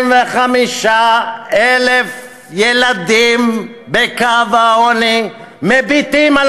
885,000 ילדים מתחת לקו העוני מביטים על